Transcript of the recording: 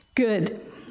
Good